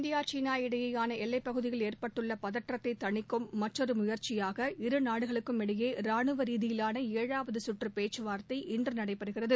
India சீனா இடையேயான எல்லைப்பகுதியில் ஏற்பட்டுள்ள பதற்றத்தை தணிக்கும் மற்றொரு முயற்சியாக இரு நாடுகளுக்கும் இடையே ரானுவ ரீதியிலான ஏழாவது சுற்று பேச்சுவார்தை இன்று நடைபெறுகிறது